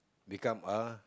become a